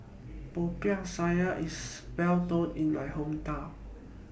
Popiah Sayur IS Well known in My Hometown